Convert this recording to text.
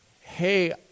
Hey